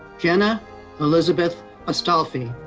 jenna elizabeth astolfi.